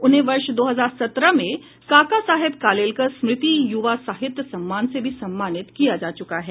उन्हें वर्ष दो हजार सत्रह में काका साहेब कालेलकर स्मृति युवा साहित्य सम्मान से भी सम्मानित किया जा चुका है